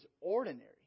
ordinary